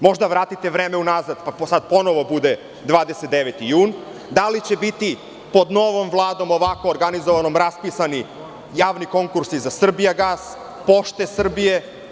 Možda vratite vreme u nazad pa sad ponovo bude 29. jun, da li će biti pod novom Vladom ovako organizovanom, raspisani javni konkursi za „Srbija gas“, „Pošte Srbije“